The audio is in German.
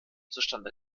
zustande